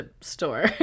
store